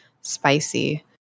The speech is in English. spicy